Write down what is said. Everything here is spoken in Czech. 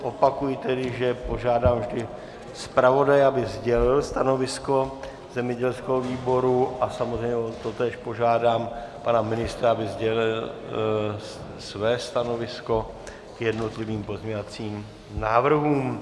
Opakuji tedy, že požádám vždy zpravodaje, aby sdělil stanovisko zemědělského výboru, a samozřejmě o totéž požádám pana ministra, aby sdělil své stanovisko k jednotlivým pozměňovacím návrhům.